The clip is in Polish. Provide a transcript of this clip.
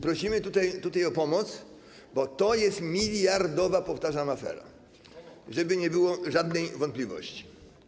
Prosimy tutaj o pomoc, bo to jest miliardowa, powtarzam, afera - żeby nie było żadnej wątpliwości.